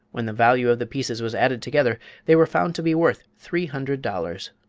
when the value of the pieces was added together they were found to be worth three hundred dollars.